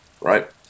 right